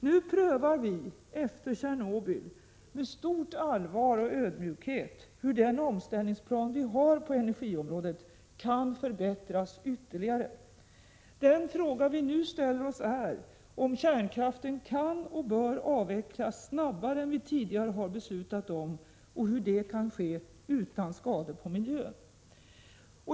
Nu efter Tjernobyl prövar vi med stort allvar och ödmjukhet hur den omställningsplan vi har på energiområdet kan förbättras ytterligare. Den fråga vi nu ställer oss är om kärnkraften kan och bör avvecklas snabbare än vi tidigare har beslutat om och hur det kan ske utan skador på miljön.